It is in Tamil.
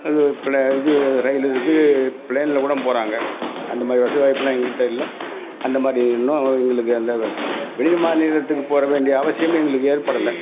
அது பிளே இது ரயிலு இருக்குது பிளேனில் கூட போகிறாங்க அந்தமாதிரி வசதி வாய்ப்பெல்லாம் எங்கள்ட இல்லை அந்தமாதிரி இன்றும் எங்களுக்கு அந்த வெ வெளி மாநிலத்துக்குப் போகிற வேண்டிய அவசியம் எங்களுக்கு ஏற்படலை